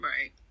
Right